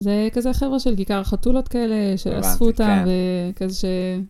זה כזה חברה של כיכר החתולות כאלה, שאספו אותם, וכזה ש...